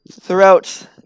throughout